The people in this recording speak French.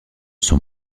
son